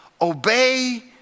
obey